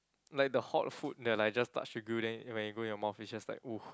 like the hot food they're like just touch the grill then when it go in your mouth it just like !woo!